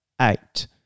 eight